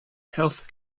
health